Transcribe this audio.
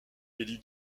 élu